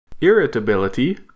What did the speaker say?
irritability